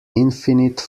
infinite